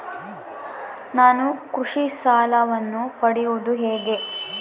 ನಾನು ಕೃಷಿ ಸಾಲವನ್ನು ಪಡೆಯೋದು ಹೇಗೆ?